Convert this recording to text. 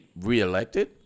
reelected